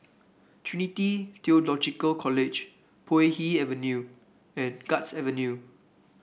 Trinity Theological College Puay Hee Avenue and Guards Avenue